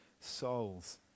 souls